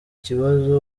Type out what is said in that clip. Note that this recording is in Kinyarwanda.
kibazo